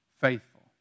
Faithful